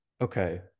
Okay